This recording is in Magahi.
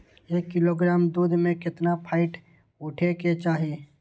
एक किलोग्राम दूध में केतना फैट उठे के चाही?